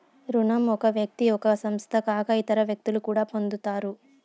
రుణం ఒక వ్యక్తి ఒక సంస్థ కాక ఇతర వ్యక్తులు కూడా పొందుతారు